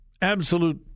Absolute